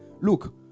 look